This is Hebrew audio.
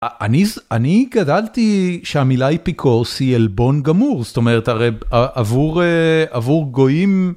אני גדלתי, שהמילה אפיקורס היא עלבון גמור, זאת אומרת הרי עבור גויים...